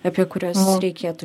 apie kuriuos reikėtų